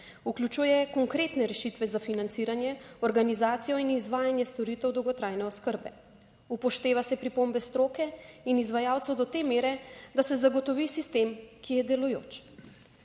Vključuje konkretne rešitve za financiranje, organizacijo in izvajanje storitev dolgotrajne oskrbe. Upošteva se pripombe stroke in izvajalcev do te mere, da se zagotovi sistem, ki je delujoč.